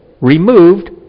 removed